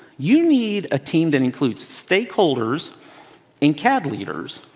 you need a team that includes stakeholders and cad leaders.